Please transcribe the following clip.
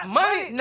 money